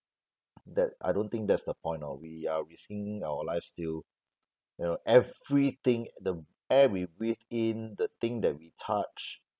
that I don't think that's the point lor we are risking our lives still you know everything the air we breathe in the thing that we touch